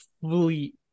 fully